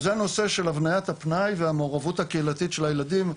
זה הנושא של הבניית הפנאי והמעורבות הקהילתית של הילדים.